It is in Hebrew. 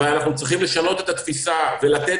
אנחנו צריכים לשנות את התפיסה ולתת